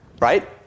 right